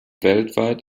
weltweit